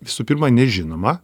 visų pirma nežinoma